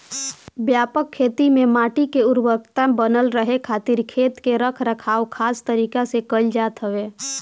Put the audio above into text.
व्यापक खेती में माटी के उर्वरकता बनल रहे खातिर खेत के रख रखाव खास तरीका से कईल जात हवे